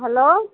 hello